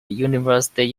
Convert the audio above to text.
university